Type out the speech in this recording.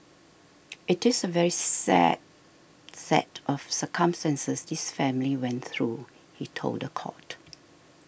it is a very sad set of circumstances this family went through he told the court